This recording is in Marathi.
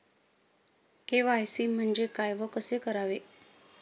के.वाय.सी म्हणजे काय व कसे करावे?